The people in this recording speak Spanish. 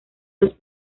los